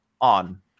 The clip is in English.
on